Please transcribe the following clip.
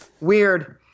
Weird